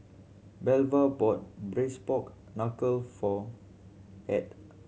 Belva bought Braised Pork Knuckle for Ed